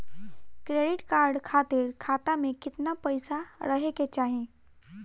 Credit card खातिर खाता में केतना पइसा रहे के चाही?